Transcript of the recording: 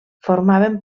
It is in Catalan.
formaven